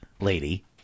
lady